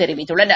தெரிவித்துள்ளன்